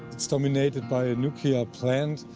is dominated by a nuclear plant,